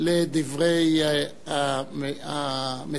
על דברי המציעים